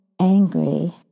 angry